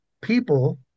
people